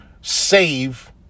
save